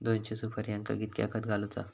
दोनशे सुपार्यांका कितक्या खत घालूचा?